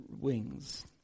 wings